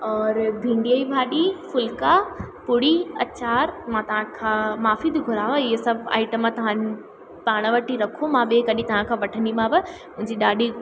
और भिंडीअ जी भाॼी फुल्का पूड़ी अचार मां तव्हांखां माफ़ी थी घुराव ईअं सभु आइटम तव्हां पाण वटि ई रखो मां ॿिए कॾहिं तव्हांखां वठंदीमाव मुंहिंजी ॾाढी